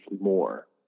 more